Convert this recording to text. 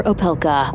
Opelka